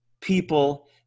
people